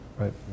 right